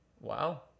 Wow